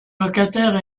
locataires